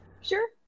sure